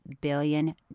billion